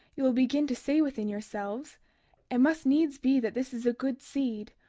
ye will begin to say within yourselves it must needs be that this is a good seed,